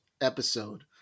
episode